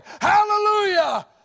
Hallelujah